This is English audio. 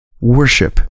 worship